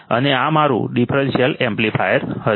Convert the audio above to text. અને આ મારું ડિફરન્શિયલ એમ્પ્લીફાયર હશે